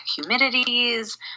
humidities